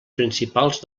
principals